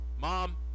mom